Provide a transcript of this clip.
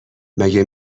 مگه